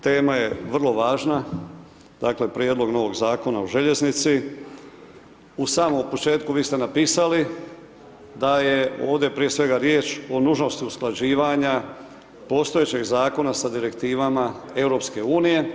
Tema je vrlo važna, dakle Prijedlog novog zakona o željeznici, u samom početku vi ste napisali da je ovdje prije svega riječ o nužnosti usklađivanja postojećeg zakona sa direktivama EU.